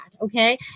Okay